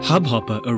Hubhopper